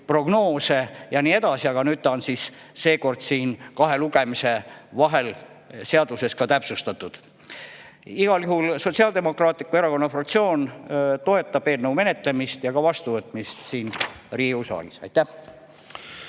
prognoose ja nii edasi, aga seekord on seda siis kahe lugemise vahel seaduses täpsustatud. Igal juhul Sotsiaaldemokraatliku Erakonna fraktsioon toetab eelnõu menetlemist ja vastuvõtmist siin Riigikogu saalis. Aitäh!